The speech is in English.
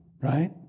right